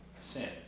sin